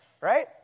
right